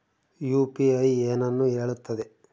UPI ಏನನ್ನು ಹೇಳುತ್ತದೆ?